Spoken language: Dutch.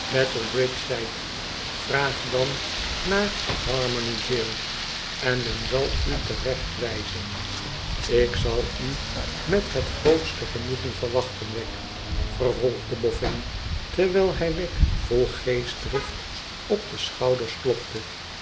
battle bridge zijt vraag dan naar harmony jail en men zal u te recht wijzen ik zal u met het grootste genoegen verwachten wegg vervolgde boffin terwijl hij wegg vol geestdrift op de schouders klopte